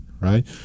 right